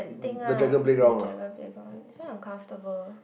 thing lah the dragon flavour one it's very uncomfortable